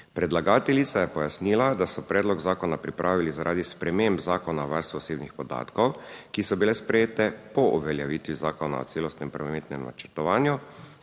Predlagateljica je pojasnila, da so predlog zakona pripravili zaradi sprememb Zakona o varstvu osebnih podatkov, ki so bile sprejete po uveljavitvi Zakona o celostnem prometnem načrtovanju